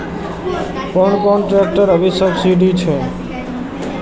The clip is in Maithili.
कोन कोन ट्रेक्टर अभी सब्सीडी छै?